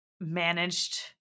managed